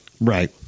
Right